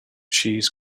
cheese